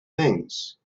things